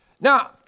Now